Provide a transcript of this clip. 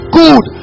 good